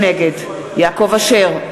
נגד יעקב אשר,